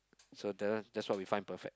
so that one that's what we find perfect